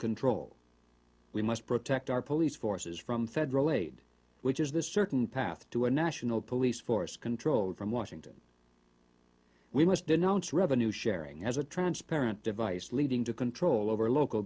control we must protect our police forces from federal aid which is the certain path to a national police force controlled from washington we must denounce revenue sharing as a transparent device leading to control over local